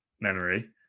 memory